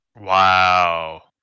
Wow